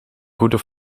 goede